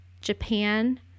Japan